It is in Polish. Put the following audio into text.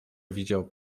widział